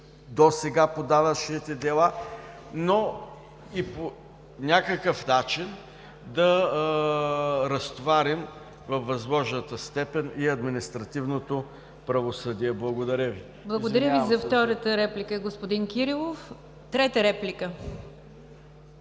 досега по данъчните дела, но и по някакъв начин да разтоварим във възможната степен и административното правосъдие. Благодаря Ви. ПРЕДСЕДАТЕЛ НИГЯР ДЖАФЕР: Благодаря Ви за втората реплика, господин Кирилов. Трета реплика?